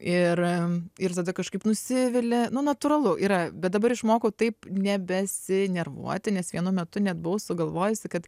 ir ir tada kažkaip nusivili nu natūralu yra bet dabar išmokau taip nebesinervuoti nes vienu metu net buvau sugalvojusi kad